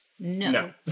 No